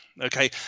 Okay